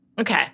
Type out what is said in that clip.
Okay